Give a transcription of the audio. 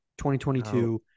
2022